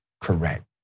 correct